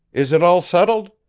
is it all settled?